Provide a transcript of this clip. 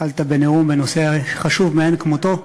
התחלת בנאום חשוב מאין כמותו,